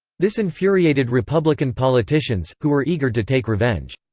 this infuriated republican politicians, who were eager to take revenge.